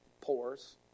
pores